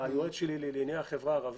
היועץ שלי לענייני החברה הערבית.